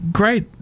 great